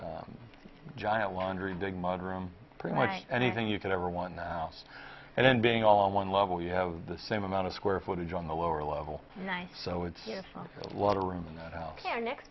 giant laundry big mud room pretty much anything you could ever want now and then being all on one level you have the same amount of square footage on the lower level so it's a lot of room in that hou